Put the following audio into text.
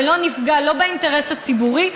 ולא נפגע באינטרס הציבורי,